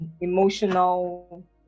emotional